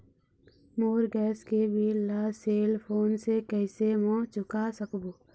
मोर gas के bill ला cell phone से कैसे म चुका सकबो?